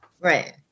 Right